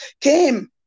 came